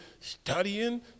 studying